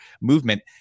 movement